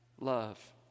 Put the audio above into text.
love